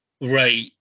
right